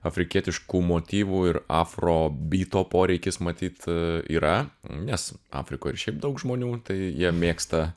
afrikietiškų motyvų ir afrobyto poreikis matyt yra nes afrikoj ir šiaip daug žmonių tai jie mėgsta